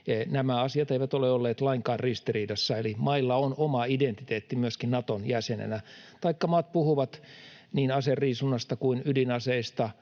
Nämä asiat eivät ole olleet lainkaan ristiriidassa, eli mailla on oma identiteetti myöskin Naton jäsenenä. Taikka maat puhuvat niin aseriisunnasta kuin ydinaseista,